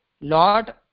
Lord